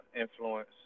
influence